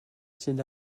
sydd